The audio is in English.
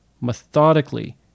methodically